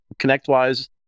ConnectWise